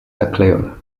zaklejona